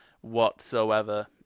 whatsoever